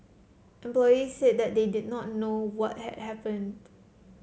employees said that they did not know what had happened